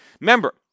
Remember